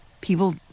People